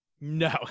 No